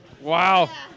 wow